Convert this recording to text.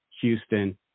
Houston